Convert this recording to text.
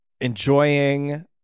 enjoying